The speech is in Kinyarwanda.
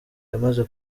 yamaze